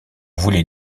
voulait